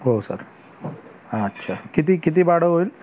हो सर हो हां अच्छा किती किती भाडं होईल